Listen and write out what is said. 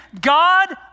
God